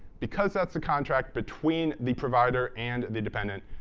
because that's the contract between the provider and the dependent,